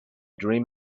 dream